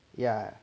ya